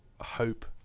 hope